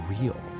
real